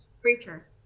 creature